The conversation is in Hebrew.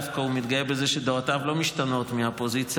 דווקא הוא מתגאה בזה שדעותיו לא משתנות מהפוזיציה,